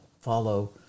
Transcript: follow